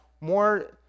more